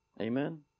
Amen